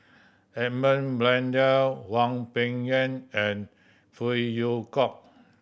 Edmund Blundell Hwang Peng Yuan and Phey Yew Kok